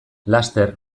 laster